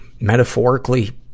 metaphorically